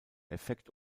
effekt